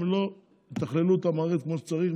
אם לא יתכננו את המערכת כמו שצריך,